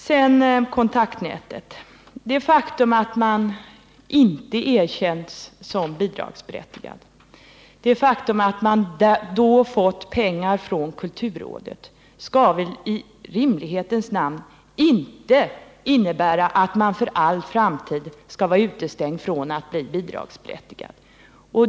Det faktum att Kontaktnätet inte har erkänts som bidragsberättigat och i stället har fått pengar från kulturrådet skall väl i rimlighetens namn inte innebära att organisationen för all framtid skall! vara utestängd från möjligheten att bli bidragsberättigad.